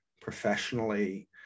professionally